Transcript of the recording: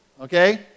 Okay